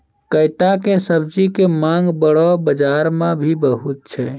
कैता के सब्जी के मांग बड़ो बाजार मॅ भी बहुत छै